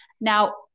Now